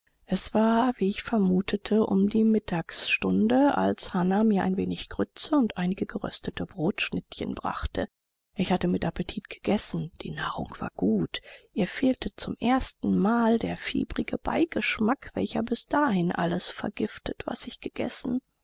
es war wie ich vermutete um die mittagsstunde als hannah mir ein wenig grütze und einige geröstete brotschnittchen brachte ich hatte mit appetit gegessen die nahrung war gut ihr fehlte zum erstenmal der fieberische beigeschmack welcher bis dahin alles vergiftet was ich gegessen